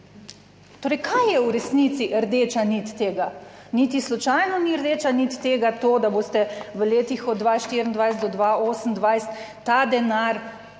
Torej, kaj je v resnici rdeča nit tega? Niti slučajno ni rdeča nit tega to, da boste v letih od 2024 do 2028 ta denar